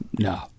No